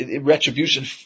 retribution